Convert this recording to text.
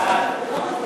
סעיפים